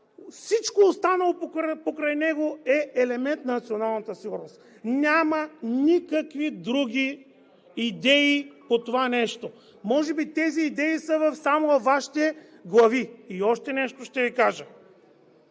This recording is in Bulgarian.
всичко останало покрай него е елемент на националната сигурност. Няма никакви други идеи по това нещо. Може би тези идеи са само във Вашите глави. И още нещо ще Ви кажа.